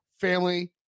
family